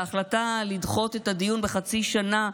ההחלטה לדחות את הדיון בחצי שנה,